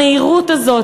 המהירות הזאת,